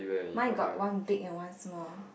mine got one big and one small